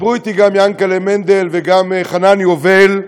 דיברו אתי גם יענק'לה מנדל, וגם חנן יובל,